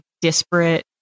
disparate